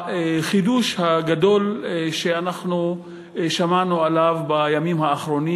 החידוש הגדול שאנחנו שמענו עליו בימים האחרונים